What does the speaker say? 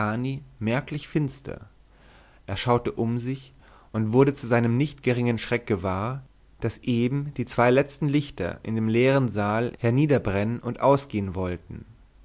merklich finster er schaute um sich und wurde zu seinem nicht geringen schreck gewahr daß eben die zwei letzten lichter in dem leeren saal herniederbrennen und ausgehen wollten